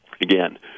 again